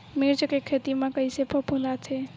मिर्च के खेती म कइसे फफूंद आथे?